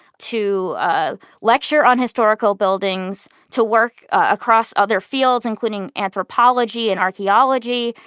to ah lecture on historical buildings. to work across other fields, including anthropology and archeology,